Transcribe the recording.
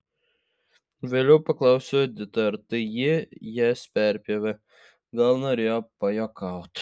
vėliau paklausiau editą ar tai ji jas perpjovė gal norėjo pajuokauti